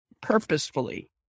purposefully